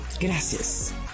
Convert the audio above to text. Gracias